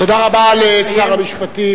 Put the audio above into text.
תודה רבה לשר המשפטים.